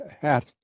hat